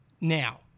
Now